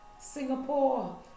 Singapore